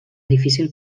difícil